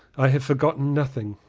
i have forgotten nothing.